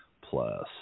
plus